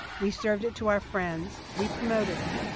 we served it to our friends, we promoted it.